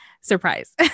surprise